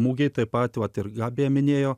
mugėje taip pat vat ir gabė minėjo